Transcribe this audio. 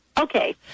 okay